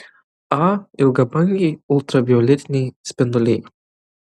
a ilgabangiai ultravioletiniai spinduliai